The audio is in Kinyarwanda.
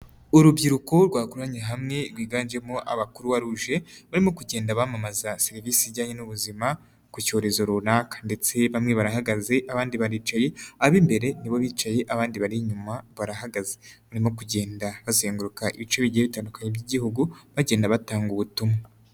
Urubyiruko rwakoranye hamwe rwiganjemo aba Croix Rouge, barimo kugenda bamamaza serivisi zijyanye n'ubuzima ku cyorezo runaka ndetse bamwe barahagaze abandi baricaye, ab'imbere ni bo bicaye abandi bari inyuma barahagaze, barimo kugenda bazenguruka ibice bigiye bitandukanye by'Igihugu bagenda batanga ubutumwa.